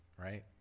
right